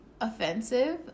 offensive